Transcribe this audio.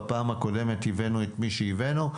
בפעם הקודמת הבאנו את מי שהבאנו,